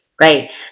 right